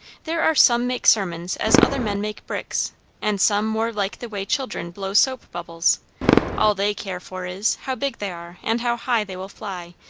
there are some make sermons as other men make bricks and some more like the way children blow soap-bubbles all they care for is, how big they are, and how high they will fly,